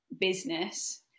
business